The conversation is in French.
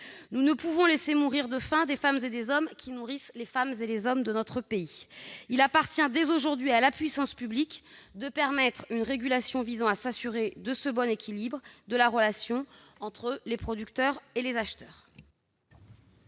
Nous ne pouvons laisser mourir de faim des femmes et des hommes qui nourrissent les femmes et les hommes de notre pays. Il appartient dès aujourd'hui à la puissance publique de permettre une régulation visant à s'assurer de ce bon équilibre de la relation entre les producteurs et les acheteurs.